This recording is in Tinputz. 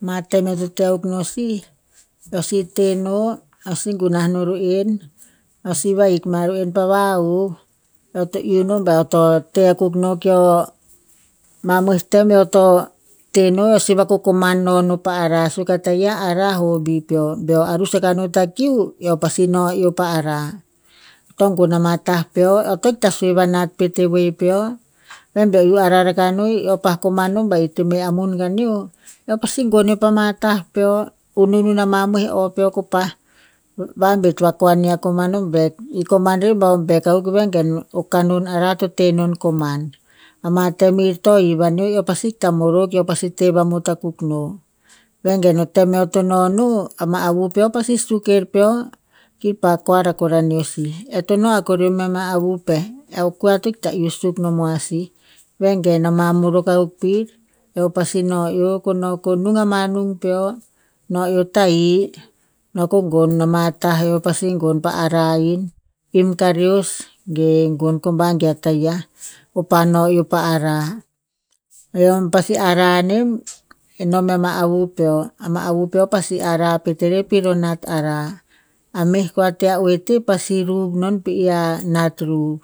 Ma tem eo to teh akuk no si, eo si teh no eo si gunah ru'en a si vahik ma ru'en a si vahik ma ru'en pa va'uv. Eo to iuh no ba eo to teh akuk no keo, mamoi tem eo to teh no eo si va kokoman nonoh pa arah suk a taia arah hobbie peo. Beo arus akah no pa kiu eo pasi no eo pa arah. Ko gon ama tah peo eo to ikta sue vanat pet e weh peo. Veh beo iuh rakah no, eo pa koman nom ba ito me amun kaneo. Eo pasi gon ama tah peo, ununun a mamoi o peo ko pa vabet vakuania komano bek i koman rer ba akuk vengen o kanon arah to tenon koman. Ama tem ir to hiv aneo eo ta pasi ta morok eo pasi teh amot akuk no. Vengen o tem eo to no eo, ama avu peo pasi suk er peo, ki pa koar akor aneo si, eh to no akor meh ma avu peh o kua to ikta suk nomoa si. Vengen ama morok akuk pi, eo pasi no eo, ko nung ama peo. Noh eo tahi, no keo gon ama tah eo pasi gon pa arah in, im kareos ge gon komba ge a taia ko pa no eo pa arah. Nom pasi arah nem, enom me ama avu peo, ama avu peo pasi arah pet erer pir anat arah. A meh kua ti a oete pasi ruv non pi i anat ruv.